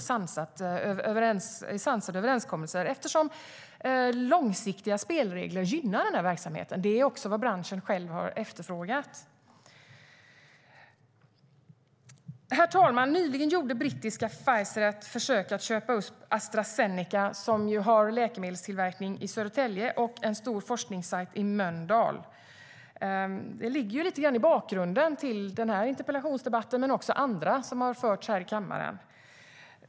Det är rimligt med sansade överenskommelser, eftersom långsiktiga spelregler gynnar den här verksamheten. Det är också vad branschen själv har efterfrågat. Herr talman! Nyligen gjorde brittiska Pfizer ett försök att köpa upp Astra Zeneca, som har läkemedelstillverkning i Södertälje och en stor forskningssajt i Mölndal. Det ligger lite grann i bakgrunden till den här interpellationsdebatten men också andra debatter som har förts här i kammaren.